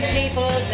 people